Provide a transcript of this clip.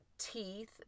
teeth